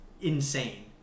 insane